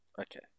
Okay